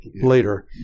later